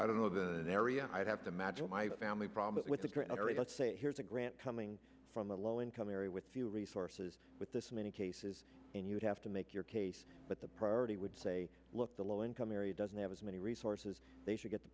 i don't know the area i'd have to imagine my family problem with the directory let's say here is a grant coming from the low income area with few resources with this many cases and you'd have to make your case but the priority would say look the low income area doesn't have as many resources they should get the